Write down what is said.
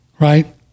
right